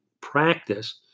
practice